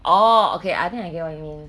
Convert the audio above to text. orh okay I think I get what you mean